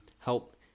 help